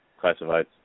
classified